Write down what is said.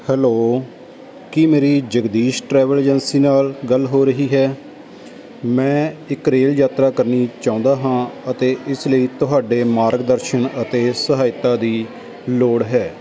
hello ਕੀ ਮੇਰੀ Jagdish travel agency ਨਾਲ ਗੱਲ ਹੋ ਰਹੀ ਹੈ ਮੈਂ ਇੱਕ ਰੇਲ ਯਾਤਰਾ ਕਰਨੀ ਚਾਹੁੰਦਾ ਹਾਂ ਅਤੇ ਇਸ ਲਈ ਤੁਹਾਡੇ ਮਾਰਗ ਦਰਸ਼ਨ ਅਤੇ ਸਹਾਇਤਾ ਦੀ ਲੋੜ ਹੈ